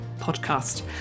podcast